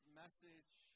message